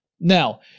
Now